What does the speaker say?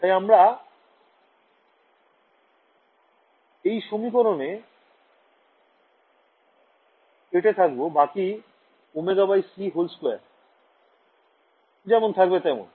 তাই আমরা এই সমীকরণে এঁটে থাকবো বাকি ωc2 যেমন থাকবে তেমন